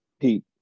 Pete